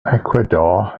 ecuador